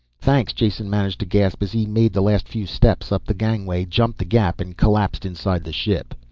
thanks jason managed to gasp as he made the last few steps up the gangway, jumped the gap and collapsed inside the ship.